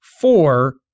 four